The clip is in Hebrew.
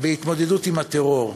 בהתמודדות עם הטרור.